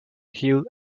geel